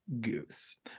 goose